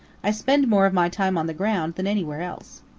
i spend more of my time on the ground than anywhere else.